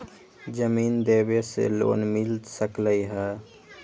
जमीन देवे से लोन मिल सकलइ ह?